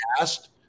asked